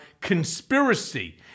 conspiracy